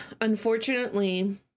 unfortunately